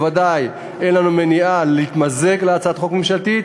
בוודאי אין לנו מניעה להתמזג להצעת חוק ממשלתית,